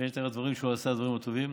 במסגרת הדברים שהוא עשה, הדברים הטובים.